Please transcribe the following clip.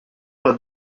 but